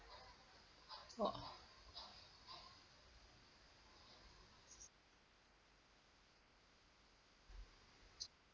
!wah!